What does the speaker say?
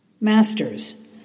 Masters